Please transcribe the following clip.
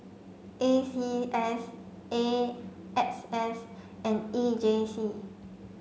A C S A X S and E J C